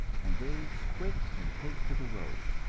and they quit and take to the road.